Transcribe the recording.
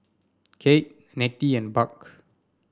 Keith Nettie and Buck